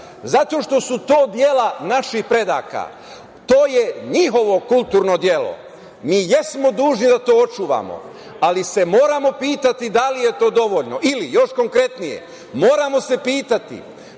Zato što su to dela naših predaka to je njihovo kulturno delo. Mi jesmo dužni da to očuvamo, ali se moramo pitati da li je to dovoljno ili još konkretnije, moramo se pitati,